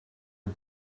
het